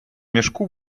мішку